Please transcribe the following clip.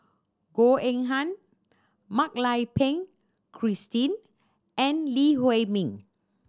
Goh Eng Han Mak Lai Peng Christine and Lee Huei Min